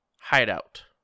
hideout